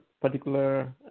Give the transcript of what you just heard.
particular